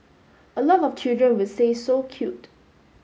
a lot of children will say so cute